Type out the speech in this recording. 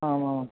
आमामाम्